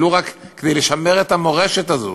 ולו רק כדי לשמר את המורשת הזאת,